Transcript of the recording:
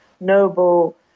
noble